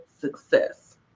success